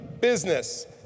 business